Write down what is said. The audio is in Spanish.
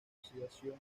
oxidación